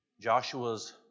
Joshua's